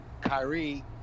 Kyrie